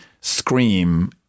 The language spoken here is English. scream